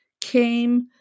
came